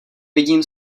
vidím